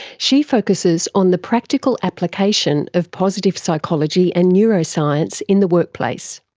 she focusses on the practical application of positive psychology and neuroscience in the workplace.